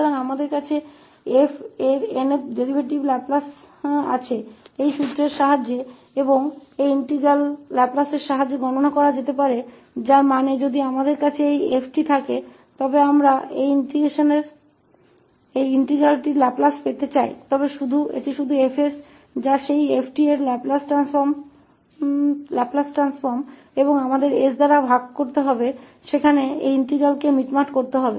तो हमारे पास f के 𝑛th डेरीवेटिव के लाप्लास की गणना इस सूत्र की मदद से की जा सकती है और यह इंटीग्रल का लाप्लास है जिसका अर्थ है कि यदि हमारे पास यह f𝑡 है और हम इस इंटीग्रल का लाप्लास प्राप्त करना चाहते हैं तो यह है बस 𝐹𝑠 जो उस f𝑡 का लाप्लास रूपांतर है और हमें इस इंटीग्रल को समायोजित करने के लिए यहां से विभाजित करना होगा